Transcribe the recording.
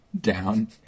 down